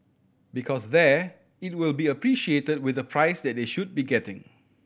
because there it will be appreciated with the price that they should be getting